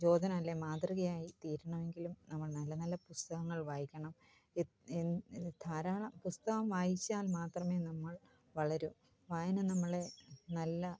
പ്രചോദനം അല്ലേൽ മാതൃകയായി തീരണമെങ്കിലും നമ്മൾ നല്ല നല്ല പുസ്തകങ്ങൾ വായിക്കണം എൻ ധാരാളം പുസ്തകം വായിച്ചാൽ മാത്രമേ നമ്മൾ വളരൂ വായന നമ്മളെ നല്ല